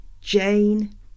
Jane